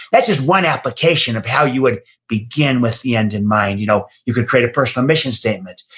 that's just one application of how you would begin with the end in mind, you know you could create a personal mission statement.